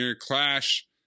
Clash